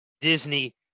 Disney